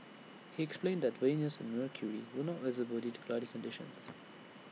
he explained that Venus and mercury were not visible due to cloudy conditions